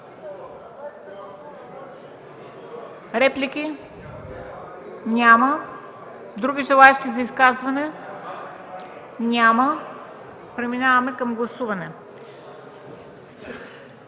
Реплики? Няма. Има ли други желаещи за изказвания? Няма. Преминаваме към гласуване.